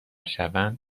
شوند